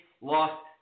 lost